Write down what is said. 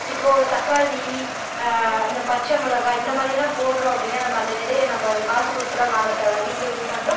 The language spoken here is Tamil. இப்போது தக்காளி இந்த பச்சை மிளகா இந்தமாதிரிலாம் போடுறோம் அப்படின்னா அந்த விதையை நம்ம காசு கொடுத்துலாம் வாங்க தேவையில்ல வீட்டில யூஸ் பண்ணுறோம்